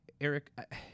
Eric